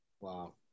Wow